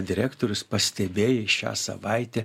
direktorius pastebėjai šią savaitę